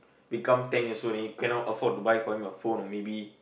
become ten years old then you cannot afford to buy for him a phone or maybe